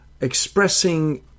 expressing